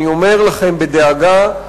אני אומר לכם בדאגה,